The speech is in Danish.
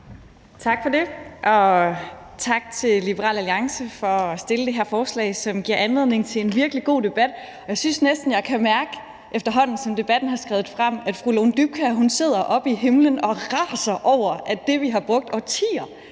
Tak for det, og tak til Liberal Alliance for at fremsætte det her forslag, som giver anledning til en virkelig god debat. Jeg synes næsten, at jeg kan mærke, efterhånden som debatten er skredet frem, at fru Lone Dybkjær sidder oppe i himlen og raser over, at det, vi har brugt årtier